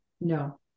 No